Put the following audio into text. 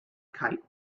kite